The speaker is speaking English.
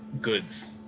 goods